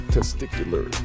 Testicular